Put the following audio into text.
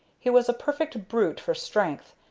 he was a perfect brute for strength,